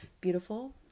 beautiful